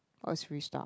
where should we stop